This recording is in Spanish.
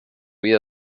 vida